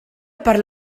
per